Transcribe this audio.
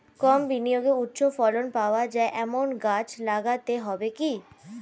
কম বিনিয়োগে উচ্চ ফলন পাওয়া যায় এমন গাছ লাগাতে হবে কি?